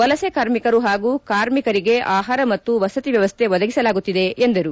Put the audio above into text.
ವಲಸೆ ಕಾರ್ಮಿಕರು ಪಾಗೂ ಕಾರ್ಮಿಕರಿಗೆ ಆಹಾರ ಮತ್ತು ವಸತಿ ವ್ಯವಸ್ಥೆ ಒದಗಿಸಲಾಗುತ್ತಿದೆ ಎಂದರು